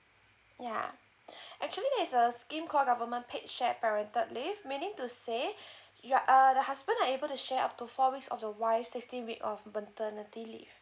yeah actually it's a scheme call government paid shared parental leave meaning to say your err the husband are able to share of to four weeks of the wife sixteen week of maternity leave